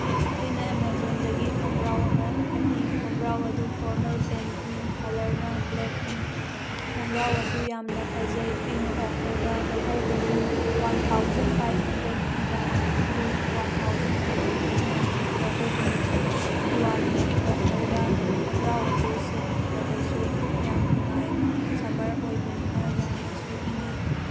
ꯑꯩꯅ ꯑꯦꯃꯥꯖꯣꯟꯗꯒꯤ ꯈꯣꯡꯒ꯭ꯔꯥꯎ ꯑꯃ ꯀꯛꯏ ꯈꯣꯡꯒ꯭ꯔꯥꯎ ꯑꯗꯨ ꯐꯣꯔꯃꯦꯜ ꯄꯦꯟꯅꯤ ꯀꯂꯔꯅ ꯕ꯭ꯂꯦꯛꯅꯤ ꯈꯣꯡꯒ꯭ꯔꯥꯎ ꯑꯗꯨ ꯌꯥꯝꯅ ꯐꯖꯩ ꯑꯩꯅ ꯑꯣꯐꯔꯗ ꯂꯧꯍꯧꯕꯅꯤ ꯋꯥꯟ ꯊꯥꯎꯖꯟ ꯐꯥꯏꯚ ꯍꯟꯗ꯭ꯔꯦꯠ ꯄꯤꯕ ꯗꯨ ꯋꯥꯟ ꯊꯥꯎꯖꯟ ꯇꯨ ꯍꯟꯗ꯭ꯔꯦꯠꯇ ꯂꯧꯍꯧꯕꯅꯤ ꯗꯤꯋꯥꯂꯤꯒꯤ ꯑꯣꯐꯔꯗ ꯈꯣꯡꯒ꯭ꯔꯥꯎ ꯑꯗꯨ ꯁꯦꯠꯄꯗꯁꯨ ꯌꯥꯝ ꯅꯨꯡꯉꯥꯏ ꯁꯃꯔ ꯑꯣꯏꯕꯅꯤꯅ ꯌꯥꯝꯅꯁꯨ ꯏꯪꯏ